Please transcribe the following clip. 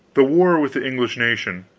the war with the english nation,